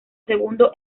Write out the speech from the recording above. segundo